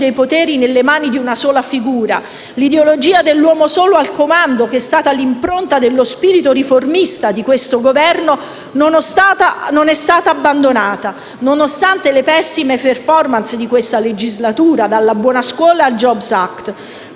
dei poteri nelle mani di una sola figura, dell'ideologia dell'uomo solo al comando, che è stata l'impronta dello spirito riformista di questo Governo, non è stato abbandonato, nonostante le pessime *performance* di questa legislatura dalla buona scuola al *jobs act*.